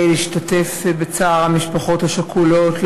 להשתתף בצער המשפחות השכולות,